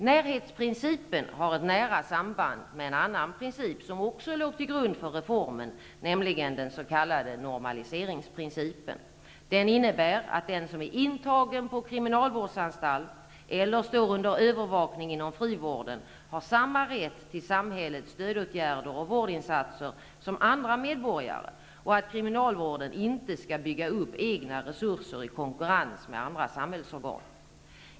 Närhetsprincipen har ett nära samband med en annan princip, som också låg till grund för reformen, nämligen den s.k. normaliseringsprincipen. Den innebär att den som är intagen på kriminalvårdsanstalt eller står under övervakning inom frivården har samma rätt till samhällets stödåtgärder och vårdinsatser som andra medborgare och att kriminalvården inte skall bygga upp egna resurser i konkurrens med andra samhällsorgan.